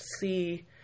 see